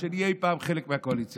שנהיה אי פעם חלק מהקואליציה הזאת.